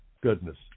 Goodness